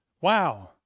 Wow